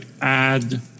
add